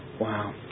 Wow